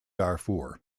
darfur